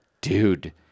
Dude